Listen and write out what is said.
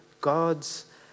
God's